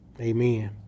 amen